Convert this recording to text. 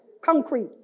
Concrete